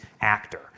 actor